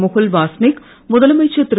முகுல் வாஸ்னிக் முதலமைச்சர் திரு